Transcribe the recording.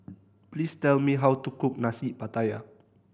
please tell me how to cook Nasi Pattaya